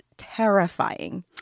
terrifying